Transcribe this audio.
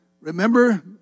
remember